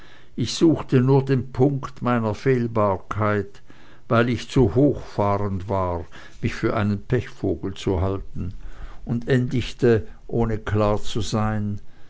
ich suchte nur den punkt meiner fehlbarkeit weil ich zu hochfahrend war mich für einen pechvogel zu halten und endigte ohne klar zu sein